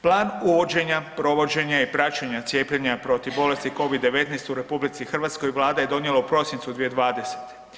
Plan uvođenja, provođenja i praćenja cijepljenja protiv bolesti Covid-19 u RH Vlada je donijela u prosincu 2020.